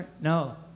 No